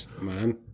man